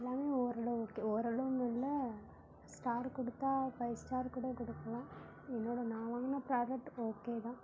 எல்லாமே ஓரளவு ஓகே ஓரளவுன்னு இல்லை ஸ்டார் கொடுத்தா ஃபைவ் ஸ்டார் கூட கொடுக்கலாம் என்னோட நான் வாங்கின ப்ராடக்ட் ஓகே தான்